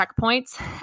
checkpoints